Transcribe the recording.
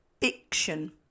fiction